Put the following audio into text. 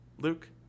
Luke